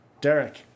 Derek